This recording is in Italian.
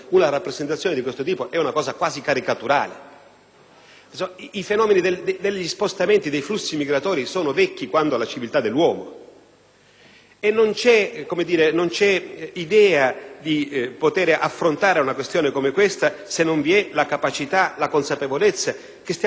I fenomeni degli spostamenti e dei flussi migratori sono vecchi quanto la civiltà dell'uomo e non si può affrontare una questione come questa se non vi è la consapevolezza che stiamo trattando un problema complesso che riguarda tutti i Paesi,